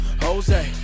Jose